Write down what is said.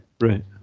right